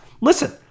Listen